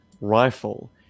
rifle